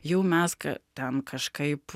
jau mes ką ten kažkaip